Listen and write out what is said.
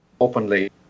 openly